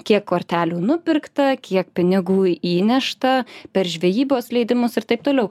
kiek kortelių nupirkta kiek pinigų įnešta per žvejybos leidimus ir taip toliau